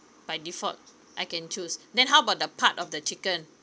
by default I can choose then how about the part of the chicken